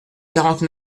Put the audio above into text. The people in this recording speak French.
quarante